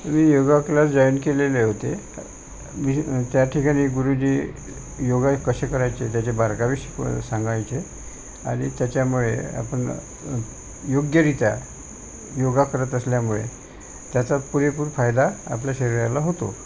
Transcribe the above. मी yoga class join केलेले होते मी त्या ठिकाणी गुरुजी योग कसे करायचे त्याचे बारकावे शिकवाय सांगायचे आनि त्याच्यामुळे आपण योग्यरित्या योग करत असल्यामुळे त्याचा पुरेपूर फायदा आपल्या शरीराला होतो